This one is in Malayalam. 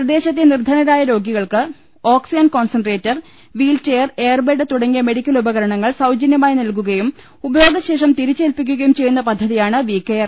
പ്രദേശത്തെ നിർധനരായ രോഗികൾക്ക് ഓക്സിജൻ കൊൺസൺട്രേറ്റർ വീൽചെയർ എയർബെഡ് തുടങ്ങിയ മെഡിക്കൽ ഉപകരണങ്ങൾ സൌജനൃമായി നൽകുകയും ഉപയോഗ ശേഷം തിരിച്ചേല്പിക്കുകയും ചെയ്യുന്ന പദ്ധതിയാണ് വി കെയർ